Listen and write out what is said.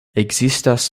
ekzistas